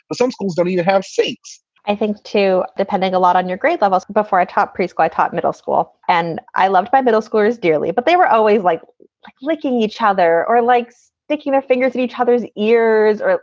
some schools don't even have streets i think, too, depending a lot on your grade levels. before a top pre-school, i taught middle school and i loved by middle schoolers dearly. but they were always like licking each other or likes sticking their fingers in each other's ears or,